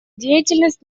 деятельность